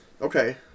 okay